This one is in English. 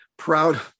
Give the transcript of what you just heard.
proud